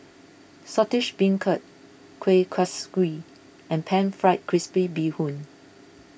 Saltish Beancurd Kuih Kaswi and Pan Fried Crispy Bee Hoon